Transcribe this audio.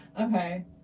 okay